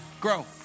Grow